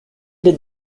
did